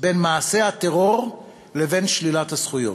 בין מעשה הטרור לבין שלילת הזכויות.